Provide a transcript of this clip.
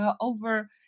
over